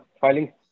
filing